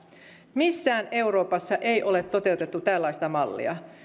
missään euroopassa ei ole toteutettu tällaista mallia